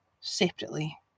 separately